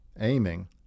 aiming